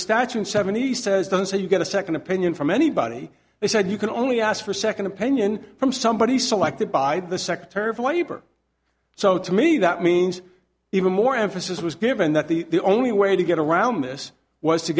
statue in seventy says don't say you get a second opinion from anybody they said you can only ask for a second opinion from somebody selected by the secretary for uber so to me that means even more emphasis was given that the only way to get around this